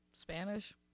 Spanish